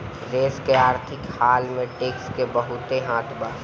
देश के आर्थिक हाल में टैक्स के बहुते हाथ बा